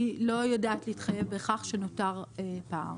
אני לא בהכרח יודעת להתחייב שנותר פער.